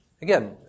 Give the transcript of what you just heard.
Again